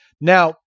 now